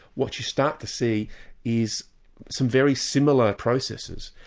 what you start to see is some very similar processes,